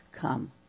come